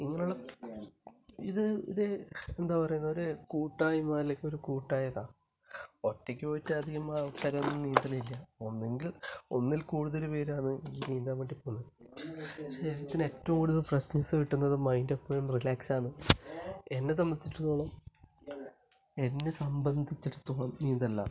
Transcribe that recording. ഇങ്ങനെയുള്ള ഇത് ഇത് എന്താണ് പറയുന്നത് ഒരു കൂട്ടായ്മയല്ലേ ഒരു കൂട്ടായതാ ഒറ്റയ്ക്ക് പോയിട്ട് അധികം ആൾക്കാര് നീന്താറില്ല ഒന്നുകിൽ ഒന്നിൽ കൂടുതൽ പേരാണ് ഈ നീന്താൻ വേണ്ടി പോകുന്നത് ശരീരത്തിന് ഏറ്റവും കൂടുതല് ഫ്രഷ്നെസ് കിട്ടുന്നതും മൈൻഡ് എപ്പോഴും റിലാക്സ് ആകുന്നതും എന്നെ സംബന്ധിച്ചിടത്തോളം എന്നെ സംബന്ധിച്ചിടത്തോളം നീന്തലിലാണ്